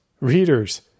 readers